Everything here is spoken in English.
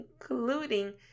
including